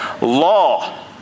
law